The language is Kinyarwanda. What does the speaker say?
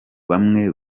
bamwe